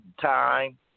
time